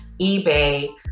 eBay